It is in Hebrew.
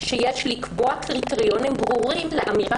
שיש לקבוע קריטריונים ברורים לאמירה